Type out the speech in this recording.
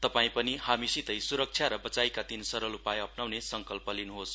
तपाई पनि हामीसितै सुरक्षा र बचाइका तीन सरल उपाय अप्नाउने संकल्प गर्नुहोस्